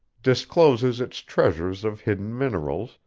discloses its treasures of hidden minerals,